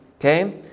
okay